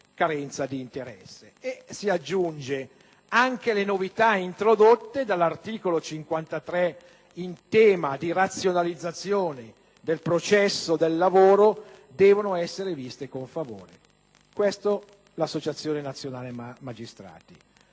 Si aggiunge che anche le novità introdotte dall'articolo 53 in tema di razionalizzazione del processo del lavoro devono essere viste con favore. Questo dice l'Associazione nazionale magistrati.